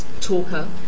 talker